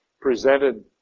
presented